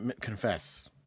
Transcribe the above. confess